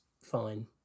fine